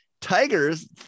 tiger's